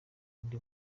undi